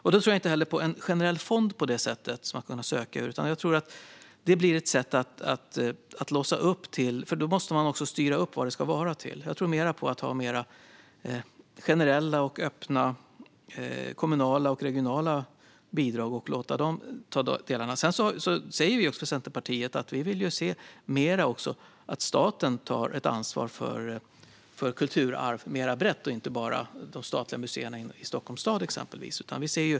Jag tror inte på en generell fond att söka från, för då måste man styra upp vad pengarna ska användas till. Jag tror mer på mer generella och öppna kommunala och regionala bidrag. Från Centerpartiet vill vi också se att staten tar ett ansvar för kulturarv mer brett och inte bara för de statliga museerna i Stockholms stad, exempelvis.